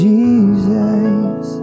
Jesus